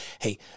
hey